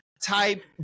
type